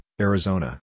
Arizona